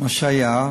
מה שהיה,